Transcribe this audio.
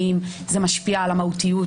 האם זה משפיע על המהותיות?